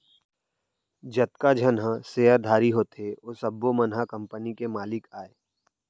जतका झन ह सेयरधारी होथे ओ सब्बो मन ह कंपनी के मालिक अय